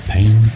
Pain